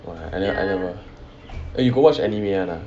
!wah! other anime eh you got watch anime one ah